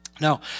Now